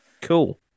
Cool